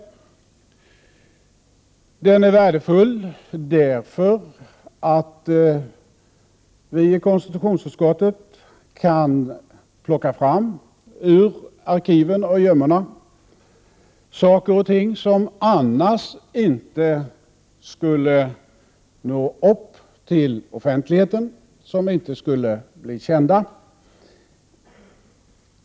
Verksamheten är värdefull eftersom vi i konstitutionsutskottet kan plocka fram ur arkiven och gömmorna saker och ting som annars inte skulle nå ut till offentligheten och som inte skulle bli kända.